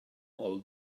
all